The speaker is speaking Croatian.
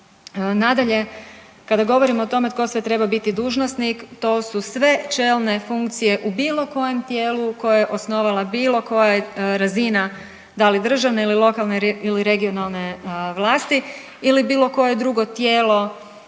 Nadalje, kada govorimo o tome tko sve treba biti dužnosnik, to su sve čelne funkcije u bilo kojem tijelu koje je osnovala bilo koja razina da li državne ili lokalne ili regionalne vlasti ili bilo koje drugo tijelo.